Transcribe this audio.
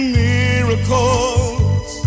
miracles